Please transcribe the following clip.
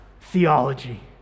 theology